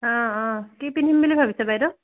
অঁ অঁ কি পিন্ধিম বুলি ভাবিছে বাইদেউ